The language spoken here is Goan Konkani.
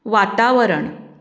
वातावरण